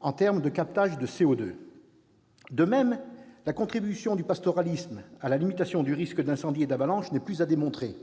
en termes de captage de CO2 ». De même, la contribution du pastoralisme à la limitation du risque d'incendie et d'avalanche n'est plus à démontrer.